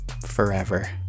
forever